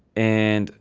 and